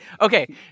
Okay